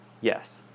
Yes